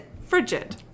Frigid